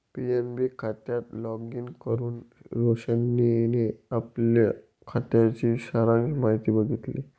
PNB खात्यात login करुन रोशनीने आपल्या खात्याची सारांश माहिती बघितली